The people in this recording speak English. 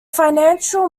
financial